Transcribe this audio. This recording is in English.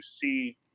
see